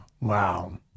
Wow